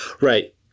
Right